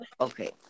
Okay